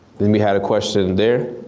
then we had a question there,